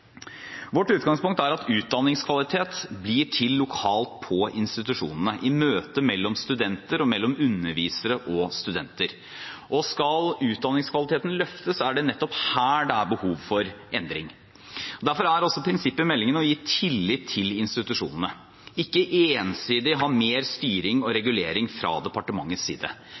Vårt utgangspunkt er at utdanningskvalitet blir til lokalt på institusjonene i møte mellom studenter og mellom undervisere og studenter. Skal utdanningskvaliteten løftes, er det nettopp her det er behov for endring. Derfor er også prinsippet i meldingen å gi tillit til institusjonene, ikke ensidig å ha mer styring og regulering fra departementets side,